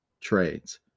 trades